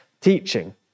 teaching